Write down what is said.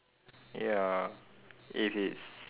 ya if it's